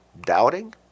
doubting